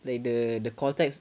like the the call text